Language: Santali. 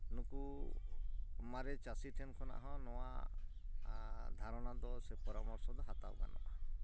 ᱱᱩᱠᱩ ᱢᱟᱨᱮ ᱪᱟᱹᱥᱤ ᱴᱷᱮᱱ ᱠᱷᱚᱱᱟᱜ ᱦᱚᱸ ᱱᱚᱣᱟ ᱫᱷᱟᱨᱚᱱᱟ ᱫᱚ ᱥᱮ ᱯᱚᱨᱟᱢᱚᱨᱥᱚ ᱫᱚ ᱦᱟᱛᱟᱣ ᱜᱟᱱᱚᱜᱼᱟ